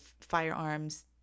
firearms